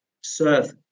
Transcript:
serve